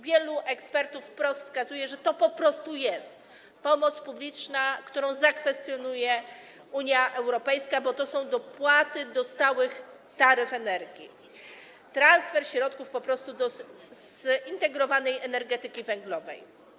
Wielu ekspertów wprost wskazuje, że to po prostu jest pomoc publiczna, którą zakwestionuje Unia Europejska, bo to są dopłaty do stałych taryf energii, po prostu transfer środków do zintegrowanej energetyki węglowej.